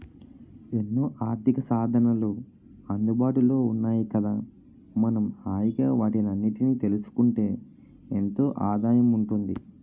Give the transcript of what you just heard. ఎన్నో ఆర్థికసాధనాలు అందుబాటులో ఉన్నాయి కదా మనం హాయిగా వాటన్నిటినీ తెలుసుకుంటే ఎంతో ఆదాయం ఉంటుంది